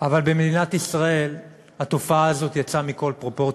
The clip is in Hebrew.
אבל במדינת ישראל התופעה הזאת יצאה מכל פרופורציה.